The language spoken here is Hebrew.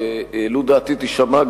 ולו דעתי תישמע,